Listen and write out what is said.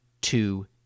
two